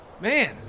Man